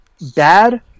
bad